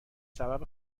سبب